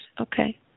Okay